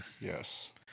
Yes